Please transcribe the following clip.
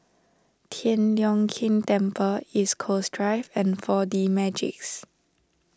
Tian Leong Keng Temple East Coast Drive and four D Magix